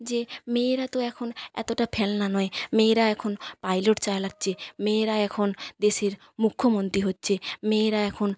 যে মেয়েরা তো এখন এতটা ফেলনা নয় মেয়েরা এখন পাইলট চালাচ্চে মেয়েরা এখন দেশের মুখ্যমন্ত্রী হচ্ছে মেয়েরা এখন